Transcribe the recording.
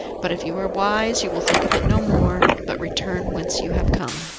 but if you are wise you will think of it no more, but return whence you have come.